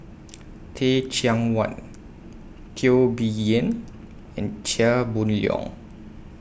Teh Cheang Wan Teo Bee Yen and Chia Boon Leong